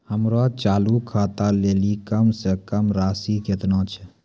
हमरो चालू खाता लेली कम से कम राशि केतना छै?